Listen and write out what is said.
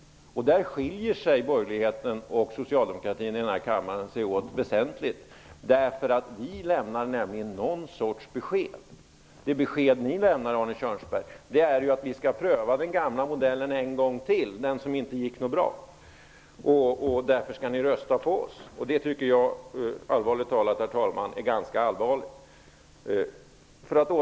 På den punkten skiljer sig borgerligheten och socialdemokratin här i kammaren åt väsentligt. Vi lämnar nämligen något slags besked. Det besked som ni lämnar, Arne Kjörnsberg, är att vi skall pröva den gamla modellen, som inte gick så bra, en gång till. Därför skall man rösta på Socialdemokraterna. Detta tycker jag är ganska allvarligt, herr talman.